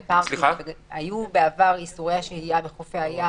היו בעבר איסורי השהייה בחופי הים